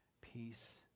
peace